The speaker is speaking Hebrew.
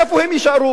איפה הם יישארו?